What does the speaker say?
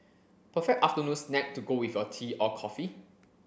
perfect afternoon snack to go with your tea or coffee